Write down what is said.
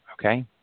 okay